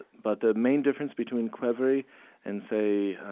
but the main difference between qvevri and say,